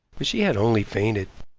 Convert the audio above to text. but she had only fainted,